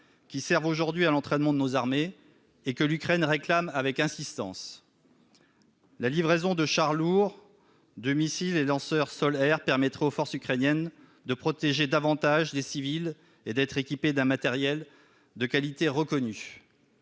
qui servent aujourd'hui à l'entraînement de nos armées et que l'Ukraine réclame avec insistance. La livraison de chars lourds, de missiles et de lanceurs sol-air permettrait aux forces ukrainiennes de protéger davantage les civils et d'être équipées d'un matériel de qualité reconnue.